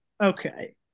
Okay